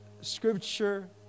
Scripture